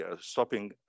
stopping